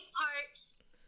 parts